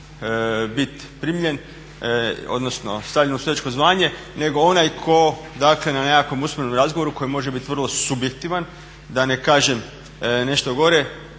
bit primljen, odnosno stavljen u sudačko zvanje, nego onaj tko dakle na nekakvom usmenom razgovoru koji može biti vrlo subjektivan, da ne kažem nešto gore